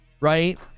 right